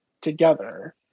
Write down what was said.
together